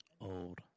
Old